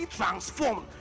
transformed